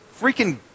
freaking